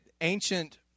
ancient